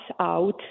out